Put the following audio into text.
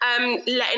letting